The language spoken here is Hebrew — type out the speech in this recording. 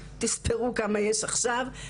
תספרו כמה יש עכשיו,